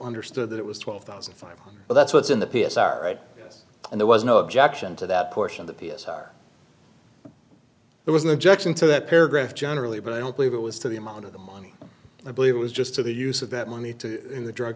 understood that it was twelve thousand five hundred but that's what's in the p s are right and there was no objection to that portion of the p s r there was an objection to that paragraph generally but i don't believe it was to the amount of the money i believe it was just to the use of that money in the drug